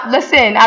Listen